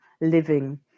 living